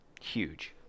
Huge